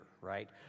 right